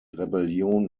rebellion